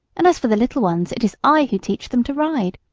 and as for the little ones it is i who teach them to ride.